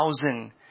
thousand